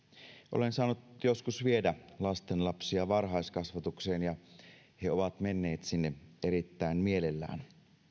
olen saanut joskus viedä lastenlapsia varhaiskasvatukseen ja ja he ovat menneet sinne erittäin mielellään